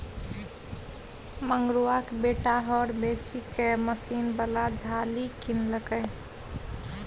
मंगरुआक बेटा हर बेचिकए मशीन बला झालि किनलकै